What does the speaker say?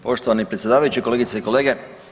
Poštovani predsjedavajući, kolegice i kolege.